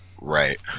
Right